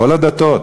כל הדתות,